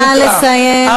נא לסיים.